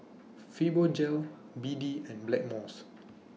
Fibogel B D and Blackmores